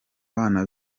bana